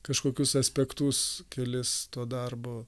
kažkokius aspektus kelis to darbo